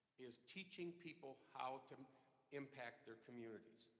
is teaching people how to impact their communities,